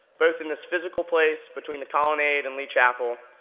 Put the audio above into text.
both in this physical place, between the colonnade and lee chapel,